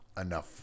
enough